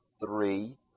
three